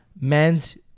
men's